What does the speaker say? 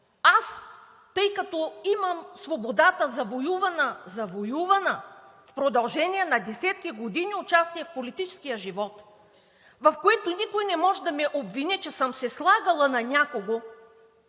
Тъй като аз имам завоювана свобода – завоювана в продължение на десетки години участие в политическия живот, в които никой не може да ме обвини, че съм се слагала на някого